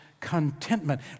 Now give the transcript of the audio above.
contentment